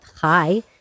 hi